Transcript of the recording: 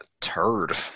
turd